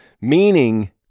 Meaning